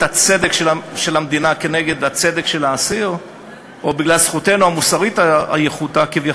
את הצדק של המדינה כנגד הצדק של האסיר או בגלל זכותנו המוסרית כביכול.